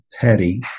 petty